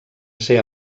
ser